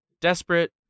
Desperate